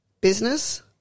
business